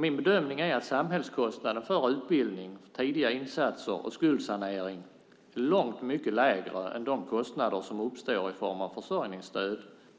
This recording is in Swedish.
Min bedömning är att samhällskostnaden för utbildning, tidiga insatser och skuldsanering är långt mycket lägre än de kostnader som uppstår i form av försörjningsstöd,